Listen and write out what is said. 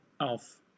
Auf